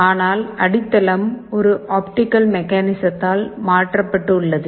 ஆனால் அடித்தளம் ஒரு ஆப்டிகல் மெக்கானிசத்தால் மாற்றப்பட்டு உள்ளது